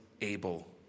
able